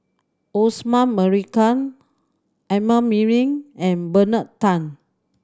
Osman Merican Amrin Amin and Bernard Tan